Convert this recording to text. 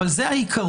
אבל זה העיקרון.